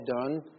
done